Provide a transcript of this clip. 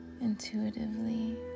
intuitively